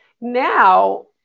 Now